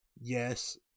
Yes